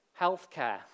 Healthcare